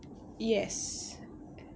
yes